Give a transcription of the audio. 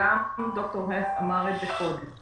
גם ד"ר האס אמר את זה קודם,